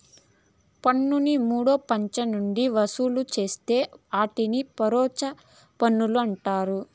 పన్నుని మూడో పచ్చం నుంచి వసూలు చేస్తే ఆటిని పరోచ్ఛ పన్నులంటారు